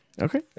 Okay